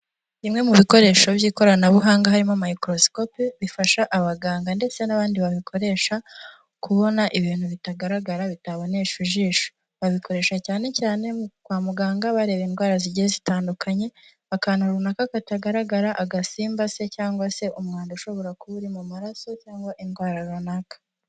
Bimwe mu bikoresho by'ikoranabuhanga harimo mayikorosikope bifasha abaganga ndetse n'abandi babikoresha kubona ibintu bitagaragara bitabonesha ijisho babikoresha cyane cyane kwa muganga bareba indwara zigiye zitandukanye akantu runaka katagaragara agasimba se cyangwa se umwanda ushobora kuba uri mu maraso cyangwa indwara runaka.